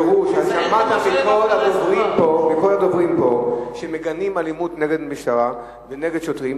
בפירוש שמעת מכל הדוברים פה שמגנים אלימות נגד משטרה ונגד שוטרים,